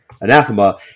anathema